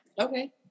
Okay